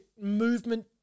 movement